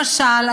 למשל,